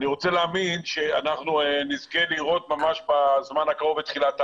ואני רוצה להאמין שאנחנו נזכה לראות ממש בזמן הקרוב את תחילת העבודה.